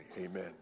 amen